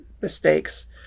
mistakes